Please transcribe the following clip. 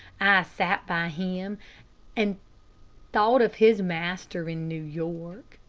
sat by him and thought of his master in new york.